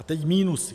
A teď minusy.